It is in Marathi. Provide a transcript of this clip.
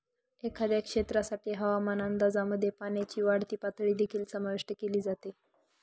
एखाद्या क्षेत्रासाठी हवामान अंदाजामध्ये पाण्याची वाढती पातळी देखील समाविष्ट केली जाते